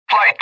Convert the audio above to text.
Flight